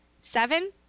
Seven